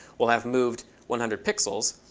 we'll have moved one hundred pixels.